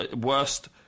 Worst